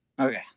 okay